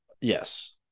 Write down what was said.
yes